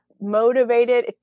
motivated